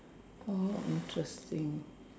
all interesting